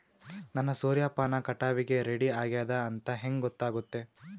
ನನ್ನ ಸೂರ್ಯಪಾನ ಕಟಾವಿಗೆ ರೆಡಿ ಆಗೇದ ಅಂತ ಹೆಂಗ ಗೊತ್ತಾಗುತ್ತೆ?